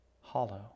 Hollow